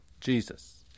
Jesus